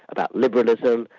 about liberalism,